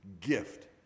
gift